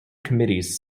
committees